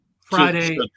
Friday